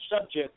subject